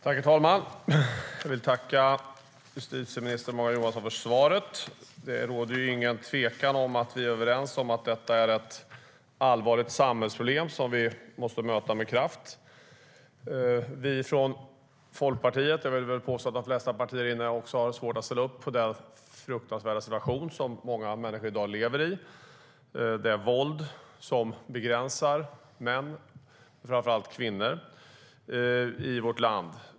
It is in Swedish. Herr talman! Jag vill tacka justitieminister Morgan Johansson för svaret. Det råder ingen tvekan om att vi är överens om att detta är ett allvarligt samhällsproblem som vi måste möta med kraft. Folkpartiet och de flesta partier, vill jag påstå, har svårt att ställa upp på den fruktansvärda situation som många människor i dag lever i. Det är våld som begränsar män och framför allt kvinnor i vårt land.